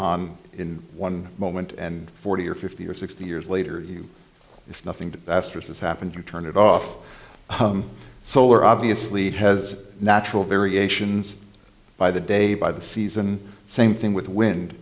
on in one moment and forty or fifty or sixty years later you if nothing to astra's has happened to turn it off solar obviously has natural variations by the day by the season same thing with